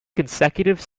consecutive